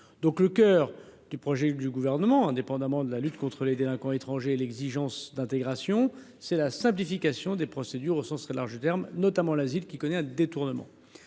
bien. Le cœur du projet du Gouvernement, indépendamment de la lutte contre les délinquants étrangers et de l’exigence d’intégration, est donc la simplification des procédures au sens très large du terme, notamment des procédures d’asile, qui connaissent un détournement.